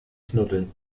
knuddeln